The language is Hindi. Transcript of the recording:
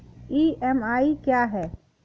ई.एम.आई क्या है?